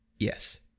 Yes